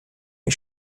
est